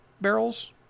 barrels